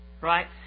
Right